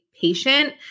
patient